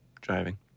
driving